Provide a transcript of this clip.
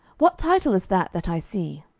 what title is that that i see?